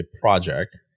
project